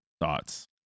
thoughts